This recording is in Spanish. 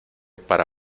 para